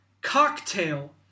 cocktail